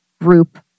group